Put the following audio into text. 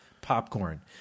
Popcorn